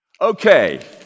Okay